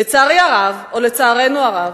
לצערי הרב, או לצערנו הרב,